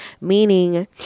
meaning